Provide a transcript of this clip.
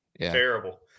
Terrible